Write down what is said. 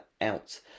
out